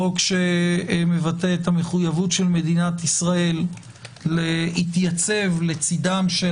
חוק שמבטא את המחויבות של מדינת ישראל להתייצב לצדם של